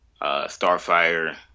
Starfire